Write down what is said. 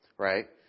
Right